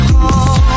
Call